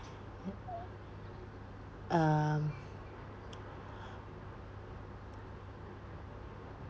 um